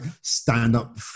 stand-up